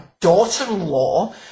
daughter-in-law